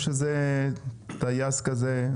או שזה טייס כזה,